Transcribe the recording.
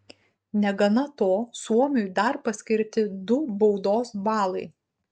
negana to suomiui dar paskirti du baudos balai